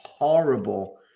Horrible